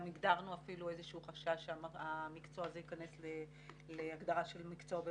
גם הגדרנו אפילו חשש שהמקצוע הזה ייכנס להגדרה של מקצוע במצוקה.